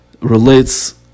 relates